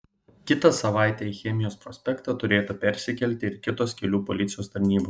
kitą savaitę į chemijos prospektą turėtų persikelti ir kitos kelių policijos tarnybos